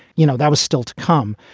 you know, that was still to come.